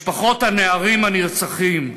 משפחות הנערים הנרצחים,